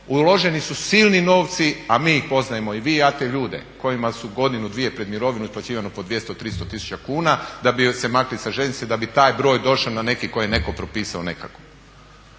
uloženi su silni novci a mi ih poznajemo, i vi i ja te ljude kojima su godinu, dvije pred mirovinu isplaćivano po 200, 300 tisuća kuna da bi se maknuli sa željeznice, da bi taj broj došao na neki koji je netko propisao nekako.